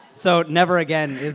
so never again